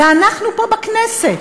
זה אנחנו פה בכנסת.